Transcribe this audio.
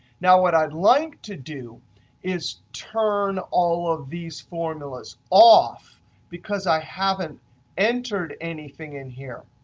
now what i'd like to do is turn all of these formulas off because i haven't entered anything in here.